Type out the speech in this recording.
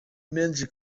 menshi